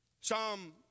Psalm